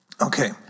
Okay